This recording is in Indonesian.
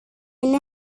ini